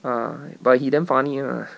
ah but he damn funny lah